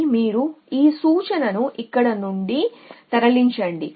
కానీ మీరు ఈ సూచనను ఇక్కడ నుండి తరలించండి